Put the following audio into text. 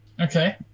Okay